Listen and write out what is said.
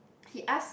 he asked